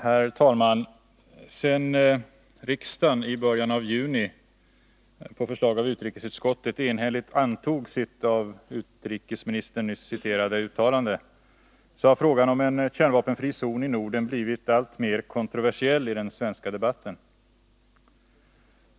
Herr talman! Sedan riksdagen i början av juni, på förslag av utrikesutskottet, enhälligt antog sitt av utrikesministern nyss citerade uttalande har frågan om en kärnvapenfri zon i Norden blivit alltmer kontroversiell i den svenska debatten.